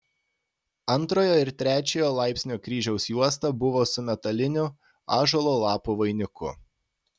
antrojo ir trečiojo laipsnio kryžiaus juosta buvo su metaliniu ąžuolo lapų vainiku